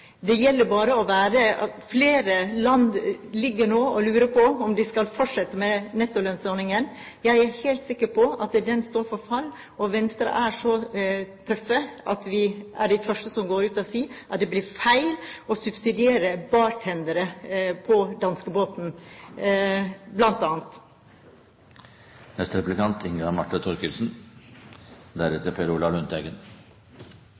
det gjelder skjemaveldet, skjer det heller ikke der noe som helst. Det er beklagelig. Så til nettolønnsordningen. Venstre er sikker på at det er en ordning som står for fall. Flere land lurer nå på om de skal fortsette med nettolønnsordningen. Jeg er helt sikker på at den står for fall, og vi i Venstre er så tøffe at vi er de første som går ut og sier at det blir feil